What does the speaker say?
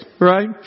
right